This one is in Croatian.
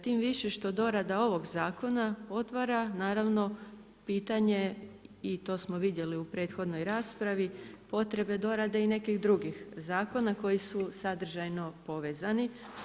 Tim više što dorada ovog zakona otvara naravno pitanje i to smo vidjeli u prethodnoj raspravi potrebe dorade i nekih drugih zakona koji su sadržajno povezani.